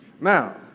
Now